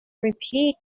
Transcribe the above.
repeat